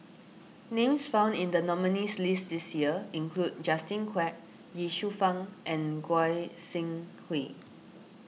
Names found in the nominees' list this year include Justin Quek Ye Shufang and Goi Seng Hui